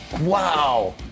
Wow